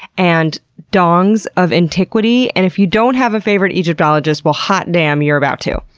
and dongs of antiquity. and if you don't have a favorite egyptologist, well hot damn, you're about to.